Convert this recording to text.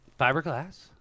Fiberglass